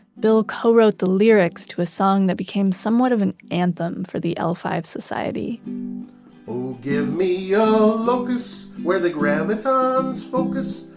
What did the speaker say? bill co-wrote the lyrics to a song that became somewhat of an anthem for the l five society oh, give me yeah a locus where the gravitons focus,